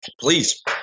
Please